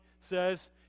says